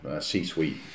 C-suite